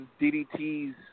DDT's